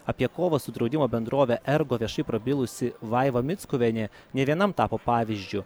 apie kovą su draudimo bendrove ergo viešai prabilusi vaiva mickuvienė ne vienam tapo pavyzdžiu